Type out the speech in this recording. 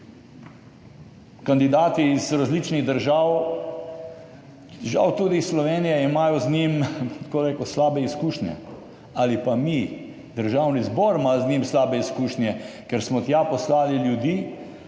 Kandidati iz različnih držav, žal tudi iz Slovenije, imajo z njim, bom tako rekel, slabe izkušnje ali pa mi, Državni zbor, imamo z njim slabe izkušnje, ker smo tja poslali ljudi,